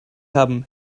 haben